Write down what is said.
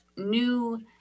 new